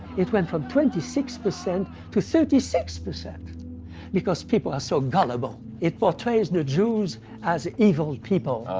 it went from twenty six percent to thirty six percent because people are so gullible. it portrays the jews as evil people,